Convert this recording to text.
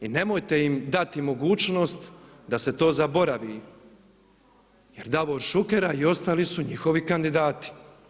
I nemojte im dati mogućnost da se to zaboravi jer Davor Šuker a i ostali su njihovi kandidati.